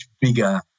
bigger